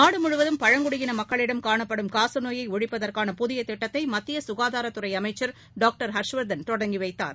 நாடுமுழுவதும் பழங்குடியின மக்களிடம் காணப்படும் காசநோயை ஒழிப்பதற்கான புதிய திட்டத்தை மத்திய சுகாதாரத்துறை அமைச்சர் டாக்டர் ஹர்ஷ்வர்தன் தொடங்கி வைத்தார்